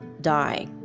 die